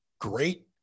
great